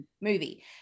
movie